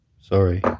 sorry